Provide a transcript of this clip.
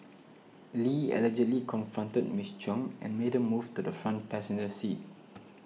Lee allegedly confronted Miss Chung and made her move to the front passenger seat